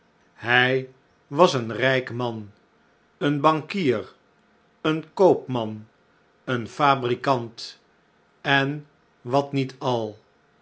hij was een rijk man een bankier een koopman een fabrikant en wat niet al